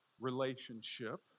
relationship